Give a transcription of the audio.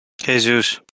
Jesus